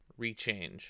ReChange